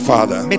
Father